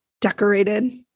Decorated